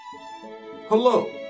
Hello